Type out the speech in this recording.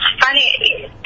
funny